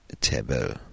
table